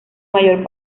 mayor